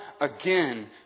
again